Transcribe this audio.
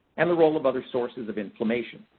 and the role of other sources of inflammation.